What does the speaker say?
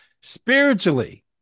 spiritually